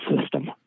system